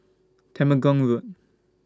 Temenggong Road